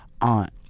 aunt